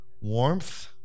Warmth